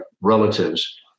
relatives